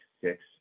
six